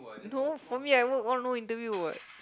no for me I work one no interview what